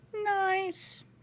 Nice